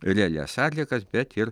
realias atliekas bet ir